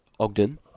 Ogden